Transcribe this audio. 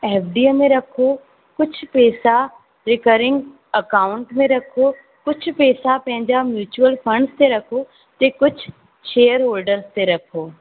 एफडीअ में रखो कुझु पैसा रिकरिंग अकाउंट में रखो कुझु पैसा पंहिंजा म्यूचल फ़ंड्स में रखो के कुझु शेयर होल्डर ते रखो